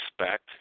respect